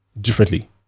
differently